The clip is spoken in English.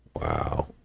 wow